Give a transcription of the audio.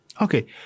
okay